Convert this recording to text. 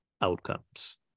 outcomes